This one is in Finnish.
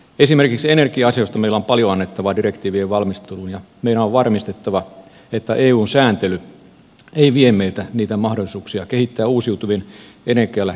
esimerkiksi energia asioista meillä on paljon annettavaa direktiivien valmisteluun ja meidän on varmistettava että eun sääntely ei vie meiltä niitä mahdollisuuksia kehittää uusiutuvien energialähteittemme käyttöä